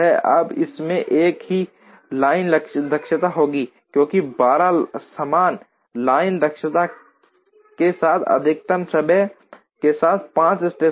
अब इसमें एक ही लाइन दक्षता होगी क्योंकि 12 समान लाइन दक्षता के साथ अधिकतम समय के साथ 5 स्टेशन हैं